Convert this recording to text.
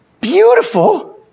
Beautiful